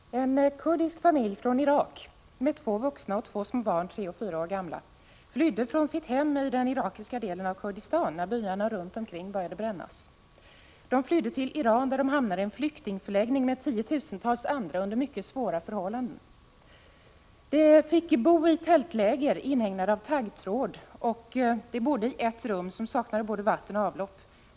Fru talman! En kurdisk familj från Irak med två vuxna och två små barn, 3 och 4 år gamla, flydde från sitt hem i den irakiska delen av Kurdistan när byarna runt omkring började brännas. De flydde till Iran, där de hamnade i en flyktingförläggning med tiotusentals andra under mycket svåra förhållanden. De levde i tältläger inhägnade av taggtråd, och de bodde i ett rum som saknade både vatten och avlopp.